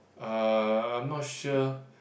uh I'm not sure